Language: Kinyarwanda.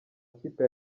kipe